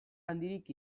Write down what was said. handirik